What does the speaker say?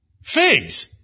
figs